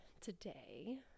today